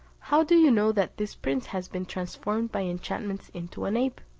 how do you know that this prince has been transformed by enchantments into an ape?